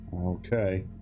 Okay